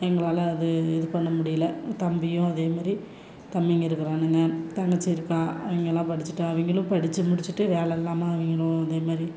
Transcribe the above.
எங்களால் அது இது பண்ண முடியல தம்பியும் அதேமாதிரி தம்பிங்க இருக்கிறானுங்க தங்கச்சி இருக்காள் அவங்கெல்லாம் படிச்சுட்டு அவங்களும் படித்து முடிச்சுட்டு வேலை இல்லாமல் அவங்களும் இதேமாதிரி